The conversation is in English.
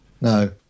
no